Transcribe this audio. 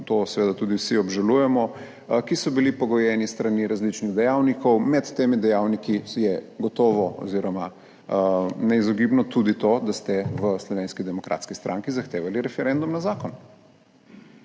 to seveda tudi vsi obžalujemo, ki so bili pogojeni s strani različnih dejavnikov. Med temi dejavniki je gotovo oziroma neizogibno tudi to, da ste v Slovenski demokratski stranki zahtevali referendum na zakon.